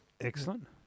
Excellent